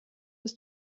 des